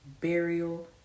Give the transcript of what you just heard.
burial